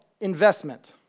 investment